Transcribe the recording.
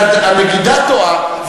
אז הנגידה טועה,